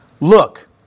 Look